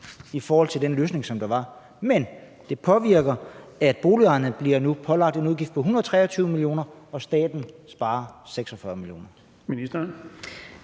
i forhold til den løsning, som var. Men det betyder, at boligejerne nu bliver pålagt en udgift på 123 mio. kr., og at staten sparer 46 mio.